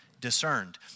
discerned